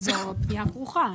זו פנייה כרוכה.